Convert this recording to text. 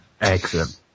excellent